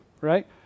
right